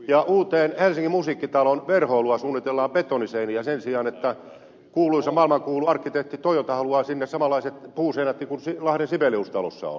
ja uuden helsingin musiikkitalon verhoiluun suunnitellaan betoniseiniä sen sijaan että maailmankuulu arkkitehti toyota haluaa sinne samanlaiset puuseinät kuin lahden sibelius talossa on